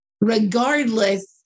regardless